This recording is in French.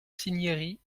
cinieri